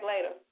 later